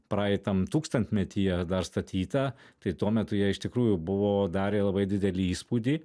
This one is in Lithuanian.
praeitam tūkstantmetyje dar statyta tai tuo metu jie iš tikrųjų buvo darė labai didelį įspūdį